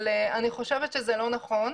אני חושבת שזה לא נכון.